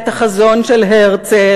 את החזון של הרצל,